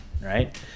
right